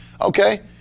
Okay